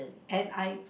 and I